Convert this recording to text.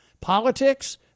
Politics